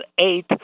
eight